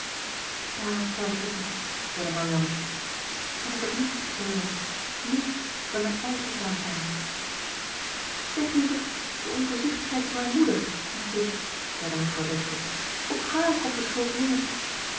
daaraan twijfel ik niet zeide marianne en ik heb niets te betreuren niets dan mijn eigen dwaasheid zeg liever de onvoorzichtigheid van mijne moeder mijn kind zeide mevrouw dashwood op hààr komt de schuld neer